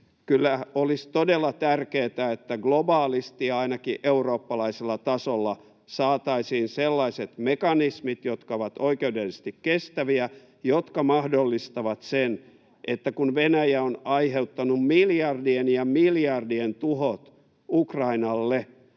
kyllä olisi todella tärkeätä, että globaalisti ja ainakin eurooppalaisella tasolla saataisiin sellaiset mekanismit, jotka ovat oikeudellisesti kestäviä, jotka mahdollistavat sen, että kun Venäjä on aiheuttanut miljardien ja miljardien tuhot Ukrainalle,